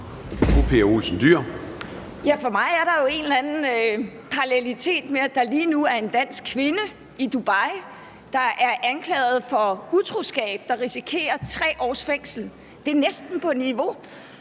For mig er der en eller anden parallelitet i, at der lige nu er en dansk kvinde i Dubai, der er anklaget for utroskab, og som risikerer 3 års fængsel – det er næsten på niveau.